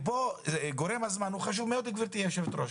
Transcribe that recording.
פה גורם הזמן הוא חשוב מאוד, גברתי יושבת הראש.